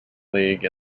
league